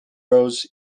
rows